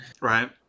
Right